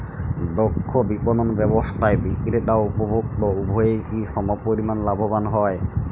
দক্ষ বিপণন ব্যবস্থায় বিক্রেতা ও উপভোক্ত উভয়ই কি সমপরিমাণ লাভবান হয়?